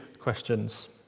questions